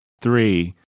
three